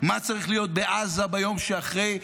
מה צריך להיות בעזה ביום שאחרי,